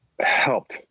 helped